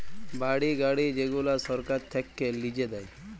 বাড়ি, গাড়ি যেগুলা সরকার থাক্যে লিজে দেয়